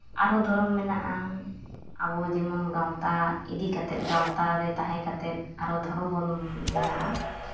ᱟᱨᱦᱚᱸ ᱫᱷᱚᱨᱚᱢ ᱢᱮᱱᱟᱜᱼᱟ ᱟᱵᱚ ᱡᱮᱢᱚᱱ ᱜᱟᱶᱛᱟ ᱤᱫᱤ ᱠᱟᱛᱮᱫ ᱜᱟᱶᱛᱟ ᱨᱮ ᱛᱟᱦᱮᱸ ᱠᱟᱛᱮᱫ ᱟᱨᱦᱚᱸ ᱫᱷᱚᱨᱚᱢ ᱵᱚᱱ ᱢᱮᱱᱟᱜᱼᱟ